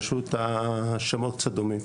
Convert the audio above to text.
פשוט השמות קצת דומים,